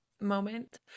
moment